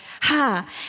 ha